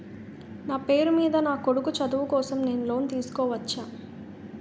నా పేరు మీద నా కొడుకు చదువు కోసం నేను లోన్ తీసుకోవచ్చా?